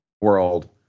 world